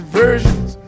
versions